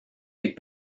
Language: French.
les